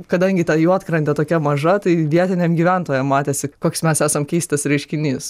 kadangi ta juodkrantė tokia maža tai vietiniam gyventojam matėsi koks mes esam keistas reiškinys